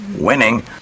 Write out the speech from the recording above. Winning